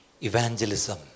evangelism